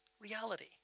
reality